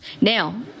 Now